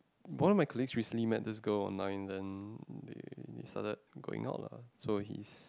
one of my colleagues recently met this girl online and they they started going out lah so he's